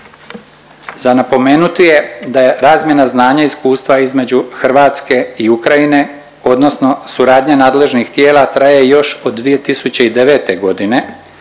Za napomenuti je da je razmjena znanja i iskustva između Hrvatske i Ukrajine odnosno suradnja nadležnih tijela, traje još od 2009. godine,